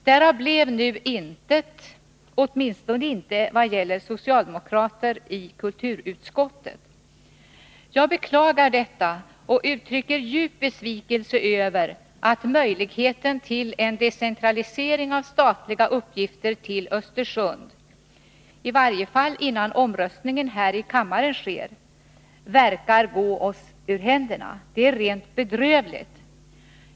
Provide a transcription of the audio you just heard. Därav blev nu intet — åtminstone inte vad gäller socialdemokraterna i kulturutskottet. Jag beklagar detta och uttrycker djup besvikelse över att möjligheten till en decentralisering av statliga uppgifter till Östersund — i varje fall innan omröstningen här i kammaren ägt rum — verkar gå oss ur händerna. Det är rent bedrövligt!